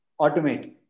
automate